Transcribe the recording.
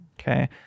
Okay